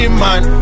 man